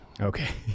Okay